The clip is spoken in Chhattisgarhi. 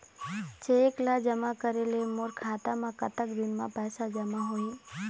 चेक ला जमा करे ले मोर खाता मा कतक दिन मा पैसा जमा होही?